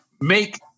make